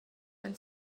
and